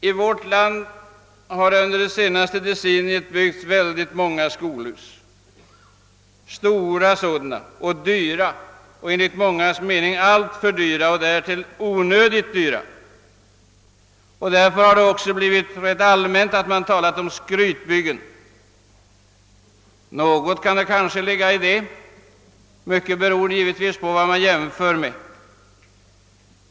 I vårt land har under det senaste decenniet byggts väldigt många skolhus, stora och dyra — enligt mångas mening alltför dyra — sådana. Därför har man också talat om skrytbyggen. Något kan det kanske ligga i det. Mycket beror givetvis på vad man jämför med.